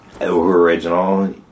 original